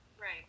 Right